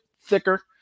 thicker